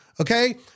Okay